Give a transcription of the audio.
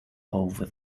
over